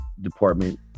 department